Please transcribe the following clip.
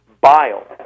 bile